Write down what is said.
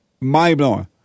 Mind-blowing